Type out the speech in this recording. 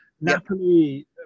Napoli